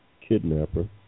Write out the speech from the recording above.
kidnapper